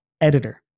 editor